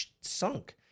sunk